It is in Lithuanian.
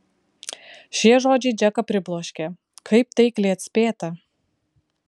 šie žodžiai džeką pribloškė kaip taikliai atspėta